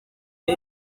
azi